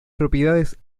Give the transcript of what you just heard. propiedades